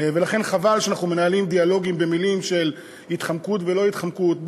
ולכן חבל שאנחנו מנהלים דיאלוגים במילים של התחמקות ולא התחמקות.